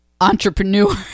entrepreneur